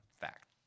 Fact